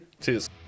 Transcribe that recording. Cheers